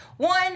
One